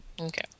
Okay